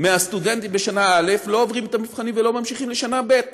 מהסטודנטים בשנה א' לא עוברים את המבחנים ולא ממשיכים לשנה ב'.